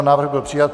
Návrh byl přijat.